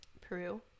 Peru